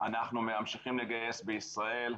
אנחנו ממשיכים לגייס בישראל.